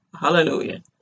Hallelujah